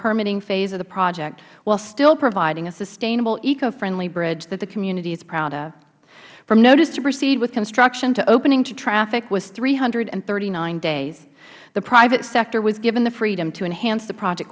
permitting phase of the project while still providing a sustainable eco friendly bridge that the community is proud of from notice to proceed with construction to opening to traffic was three hundred and thirty nine days the private sector was given the freedom to enhance the project